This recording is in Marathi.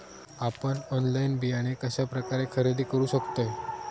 आपन ऑनलाइन बियाणे कश्या प्रकारे खरेदी करू शकतय?